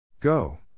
Go